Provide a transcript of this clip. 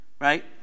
right